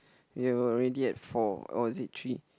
we were already at four or was it three